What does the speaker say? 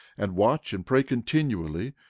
and watch and pray continually,